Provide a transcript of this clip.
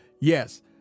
Yes